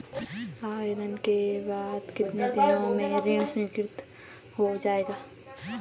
आवेदन के बाद कितने दिन में ऋण स्वीकृत हो जाएगा?